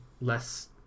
less